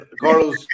Carlos